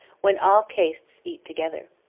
when all castes eat together.